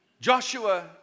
Joshua